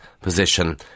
position